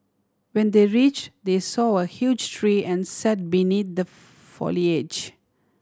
when they reach they saw a huge tree and sat beneath the foliage